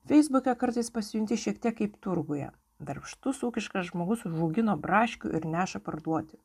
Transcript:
feisbuke kartais pasijunti šiek tiek kaip turguje darbštus ūkiškas žmogus užaugino braškių ir neša parduoti